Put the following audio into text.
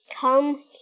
Come